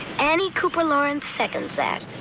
annie cooper lawrence seconds that.